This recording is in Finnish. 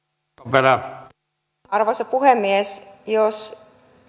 arvoisa puhemies jos